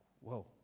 whoa